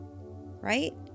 right